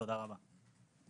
תודה רבה.